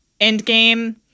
endgame